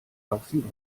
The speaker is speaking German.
wachsen